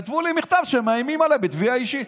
כתבו לי מכתב שהם מאיימים עליי בתביעה אישית.